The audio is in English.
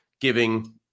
giving